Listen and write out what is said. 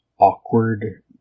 awkward